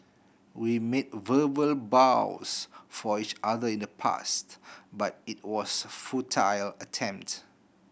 we made verbal vows for each other in the past but it was a futile attempt